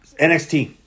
NXT